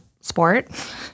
sport